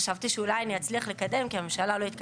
חשבתי שאולי אני אצליח לקדם את זה.